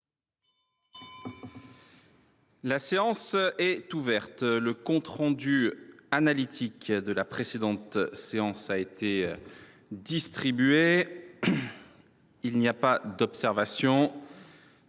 La séance est ouverte. Le compte rendu analytique de la précédente séance a été distribué. Il n’y a pas d’observation